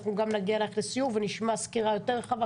גם נגיע אלייך לסיור ונשמע סקירה יותר רחבה,